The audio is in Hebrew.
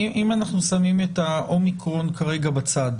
אם אנחנו שמים את האומיקרון כרגע בצד